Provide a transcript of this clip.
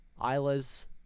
Isla's